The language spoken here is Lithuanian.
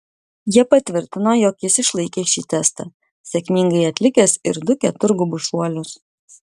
jie patvirtino jog jis išlaikė šį testą sėkmingai atlikęs ir du keturgubus šuolius